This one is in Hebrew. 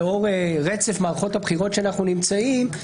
לאור רצף מערכות הבחירות שאנחנו נמצאים בו,